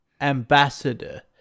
ambassador